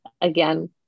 again